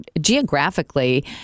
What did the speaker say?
geographically